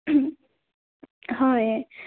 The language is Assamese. হয়